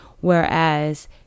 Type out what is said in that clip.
Whereas